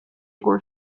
were